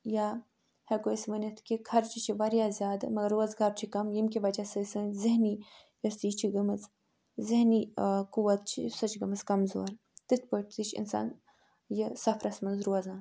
یا ہٮ۪کَو أسۍ ؤنِتھ کہِ خرچہٕ چھِ واریاہ زیادٕ مگر روزٕگار چھِ کَم ییٚمہِ کہِ وجہ سۭتۍ سٲنۍ ذہنی یۄس یہِ چھِ گٔمٕژ ذہنی قُوَت چھِ سۄ چھِ گٔمٕژ کمزور تِتھ پٲٹھۍ تہِ چھِ اِنسان یہِ سفرس منٛز روزان